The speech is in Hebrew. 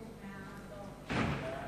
הדין הפלילי (תיקון